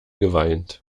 geweint